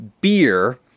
beer